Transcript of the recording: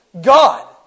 God